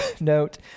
note